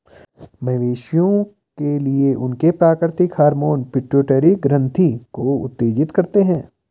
मवेशियों के लिए, उनके प्राकृतिक हार्मोन पिट्यूटरी ग्रंथि को उत्तेजित करते हैं